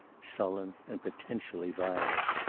sullen, and potentially violent.